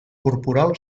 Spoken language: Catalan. corporal